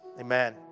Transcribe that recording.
amen